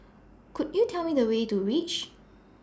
Could YOU Tell Me The Way to REACH